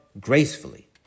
gracefully